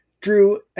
Drew